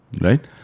right